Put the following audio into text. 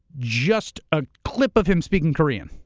just a clip of him speaking korean.